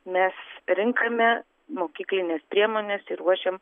mes renkame mokyklines priemones ir ruošiam